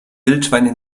wildschweine